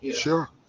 Sure